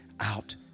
out